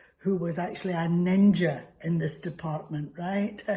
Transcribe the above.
who was actually a ninja in this department, right.